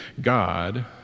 God